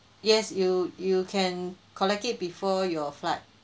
yes you you can collect it before your flight